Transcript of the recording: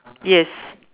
yes